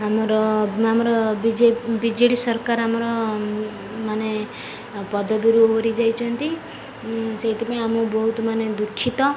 ଆମର ଆମର ବିଜେ ବିଜେଡ଼ି ସରକାର ଆମର ମାନେ ପଦବୀରୁ ଓହରି ଯାଇଛନ୍ତି ସେଇଥିପାଇଁ ଆମକୁ ବହୁତ ମାନେ ଦୁଃଖିତ